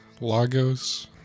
Lagos